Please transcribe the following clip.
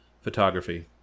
photography